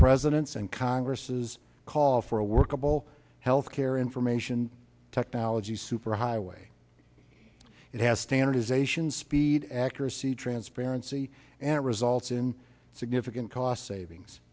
president's and congress's call for a workable health care information technology superhighway it has standardization speed accuracy transparency and it results in significant cost savings